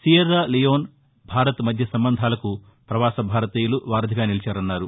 Sierra Leone Bharat మధ్య సంబంధాలకు పవాస భారతీయులు వారధిగా నిలిచారన్నారు